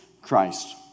Christ